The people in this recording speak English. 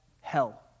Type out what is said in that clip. hell